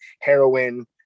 heroin